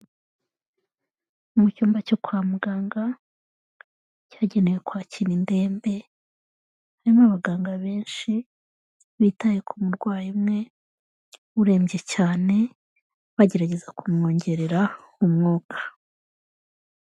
Mu cyumba cyo kwa muganga cyagenewe kwakira indembe, harimo abaganga benshi bitaye ku murwayi umwe urembye cyane, bagerageza kumwongerera umwuka.